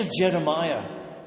Jeremiah